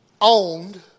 owned